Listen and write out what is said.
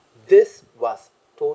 this was